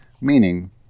meaning